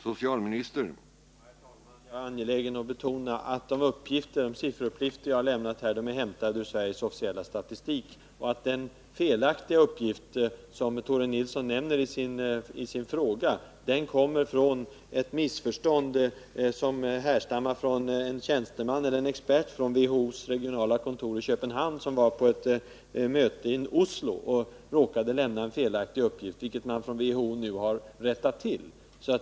Herr talman! Jag är angelägen att betona, att de sifferuppgifter som jag har lämnat är hämtade ur Sveriges officiella statistik. Den felaktiga uppgift som Tore Nilsson nämner i sin fråga grundar sig på ett missförstånd och härstammar från en expert på WHO:s regionalkontor i Köpenhamn, som var på ett möte i Oslo och råkade lämna en felaktig uppgift, vilket man från WHO nu har rättat till.